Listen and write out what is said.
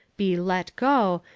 be let go,